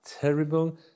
terrible